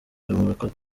murakoze